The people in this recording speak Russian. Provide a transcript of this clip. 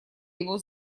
его